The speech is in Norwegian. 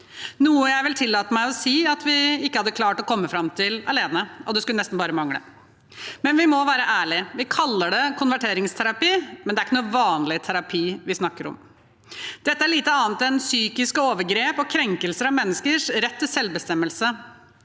noe jeg vil tillate meg å si at vi ikke hadde klart å komme fram til alene. Men det skulle nesten bare mangle. Vi må være ærlige: Vi kaller det konverteringsterapi, men det er ikke noe vanlig terapi vi snakker om. Dette er lite annet enn psykiske overgrep og krenkelser av menneskers rett til selvbestemmelse.